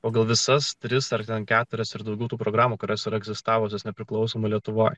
pagal visas tris ar ten keturias ir daugiau tų programų kurios egzistavusius nepriklausoma lietuva